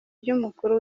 by’umukuru